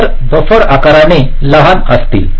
तर बफर आकाराने लहान असतील